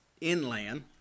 inland